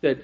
that